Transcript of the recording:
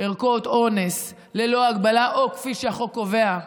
ערכות אונס ללא הגבלה, או כפי שהחוק קובע,